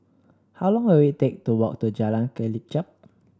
how long will it take to walk to Jalan Kelichap